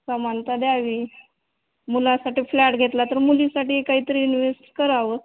सामानता द्यावी मुलासाठी फ्लॅट घेतला तर मुलीसाठी काहीतरी इन्व्हेस्ट करावं